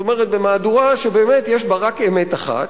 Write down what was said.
כלומר במהדורה שבאמת יש בה רק אמת אחת,